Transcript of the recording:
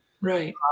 Right